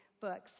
books